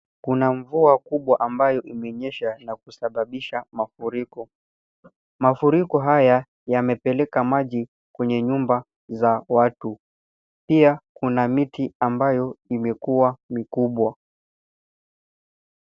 Kuna mvua kubwa ambayo imenyesha na kusababisha mafuriko. Mafuriko haya, yamepeleka maji kwenye nyumba za watu. Pia kuna miti ambayo imekuwa mikubwa.